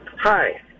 Hi